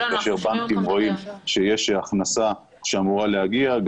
כאשר בנקים רואים שיש הכנסה שאמורה להגיע אז